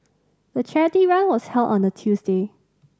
the charity run was held on a Tuesday